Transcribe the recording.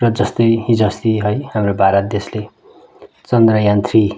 र जस्तै हिजोअस्ति है हाम्रो भारत देशले चन्द्रयान थ्री